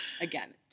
again